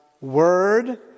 word